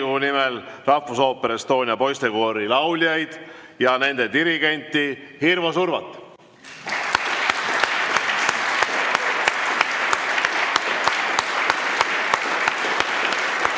nimel Rahvusooper Estonia poistekoori lauljaid ja nende dirigenti Hirvo Survat.